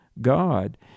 God